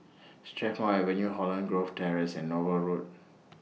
Strathmore Avenue Holland Grove Terrace and Nouvel Road